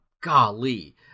Golly